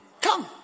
come